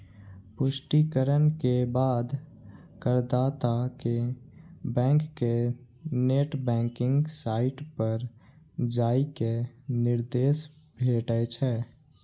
पुष्टिकरण के बाद करदाता कें बैंक के नेट बैंकिंग साइट पर जाइ के निर्देश भेटै छै